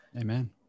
Amen